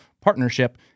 partnership